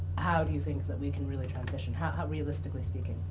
how do you think that we can really transition? how how realistically speaking,